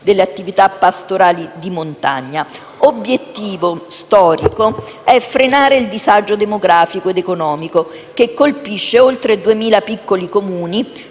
delle attività pastorali di montagna. Obiettivo storico è frenare il disagio demografico ed economico che colpisce oltre 2.000 piccoli Comuni